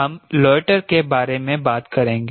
हम लोएटर के बारे में बात करेंगे